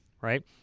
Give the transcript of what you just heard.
Right